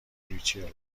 ریچل